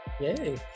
Yay